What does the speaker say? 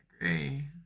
agree